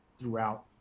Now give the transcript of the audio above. throughout